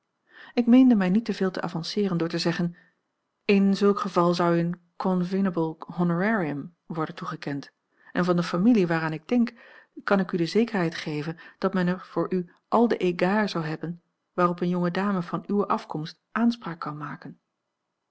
ik meende mij niet te veel te avanceeren door te zeggen in zulk geval zou u een convenabel honorarium worden toegekend en van de familie waaraan ik denk kan ik u de zekerheid geven dat men er voor u al de egards zoude hebben waarop eene jonge dame van uwe afkomst aanspraak kan maken